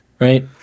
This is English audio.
right